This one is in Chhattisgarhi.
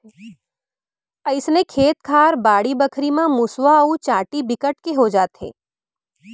अइसने खेत खार, बाड़ी बखरी म मुसवा अउ चाटी बिकट के हो जाथे